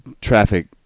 traffic